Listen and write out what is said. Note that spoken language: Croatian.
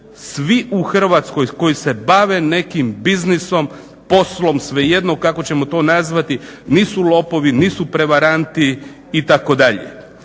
svi u Hrvatskoj koji se bave nekim biznisom, poslom, svejedno kako ćemo to nazvati, nisu lopovi, nisu prevaranti itd.